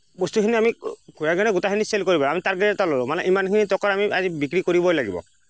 বস্তুখিনি আমি গোটেইখিনি ছেল কৰিব আমি টাৰ্গেত এটা ল'লোঁ মানে ইমানখিনি টকাৰ আজি বিক্ৰী কৰিবই লাগিব